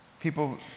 People